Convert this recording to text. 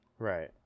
Right